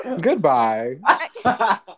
Goodbye